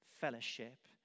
fellowship